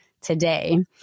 today